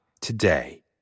today